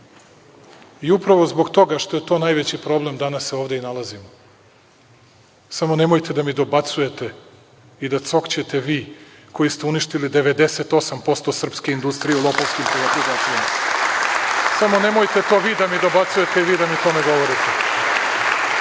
i upravo zbog toga što je to najveći problem danas se ovde i nalazimo. Samo nemojte da mi dobacujete i da cokćete vi koji ste uništili 98% srpske industrije lopovskim privatizacijama. Samo nemojte to vi da mi dobacujete i vi da mi to ne